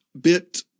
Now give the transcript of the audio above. bit